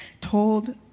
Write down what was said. told